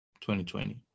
2020